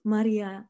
Maria